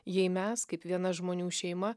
jei mes kaip viena žmonių šeima